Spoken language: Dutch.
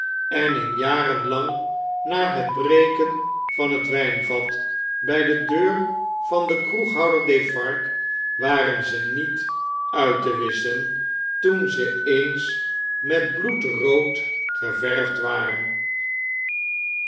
en gevaarlijk en injaren lang na het breken van het wjjnvat by dedeurvan den kroeghouder defarge waren ze niet uit te wisschen toen ze eens met bloed roodgeverfd waren